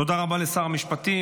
תודה רבה לשר המשפטים.